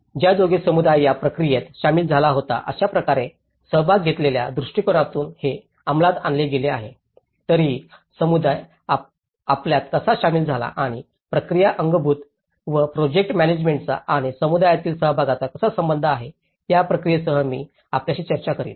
ज्यायोगे समुदाय या प्रक्रियेत सामील झाला होता अशा प्रकारे सहभाग घेण्याच्या दृष्टीकोनातून हे अंमलात आणले गेले आहे तरीही समुदाय आपल्यात कसा सामील झाला आणि प्रक्रिया अंगभूत व प्रोजेक्ट मॅनॅजमेण्टचा आणि समुदायातील सहभागाचा कसा संबंध आहे या प्रक्रियेसह मी आपल्याशी चर्चा करीन